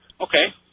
Okay